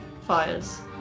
fires